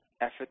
effort